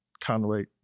Conway